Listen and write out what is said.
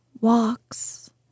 walks